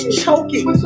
choking